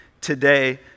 today